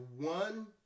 one